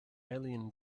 alien